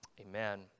amen